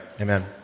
Amen